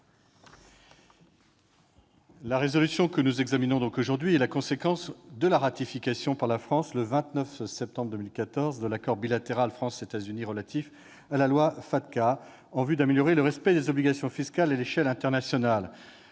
de résolution que nous examinons aujourd'hui est la conséquence de la ratification par la France, le 29 septembre 2014, de l'accord bilatéral France-États-Unis relatif à la loi FATCA, en vue d'améliorer le respect des obligations fiscales à l'échelle internationale.